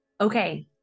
Okay